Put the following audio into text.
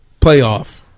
Playoff